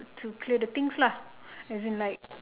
to clear the things lah as in like